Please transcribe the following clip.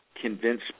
convince